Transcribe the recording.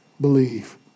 believe